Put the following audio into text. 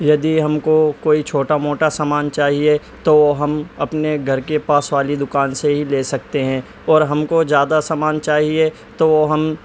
یدی ہم کو کوئی چھوٹا موٹا سامان چاہیے تو ہم اپنے گھر کے پاس والی دکان سے ہی لے سکتے ہیں اور ہم کو زیادہ سامان چاہیے تو ہم